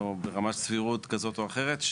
או ברמת סבירות כזאת או אחרת,